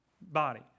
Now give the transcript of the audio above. body